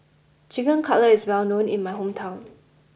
Chicken Cutlet is well known in my hometown